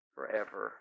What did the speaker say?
Forever